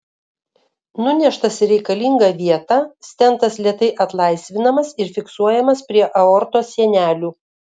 nuneštas į reikalingą vietą stentas lėtai atlaisvinamas ir fiksuojamas prie aortos sienelių